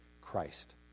Christ